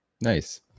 nice